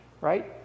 right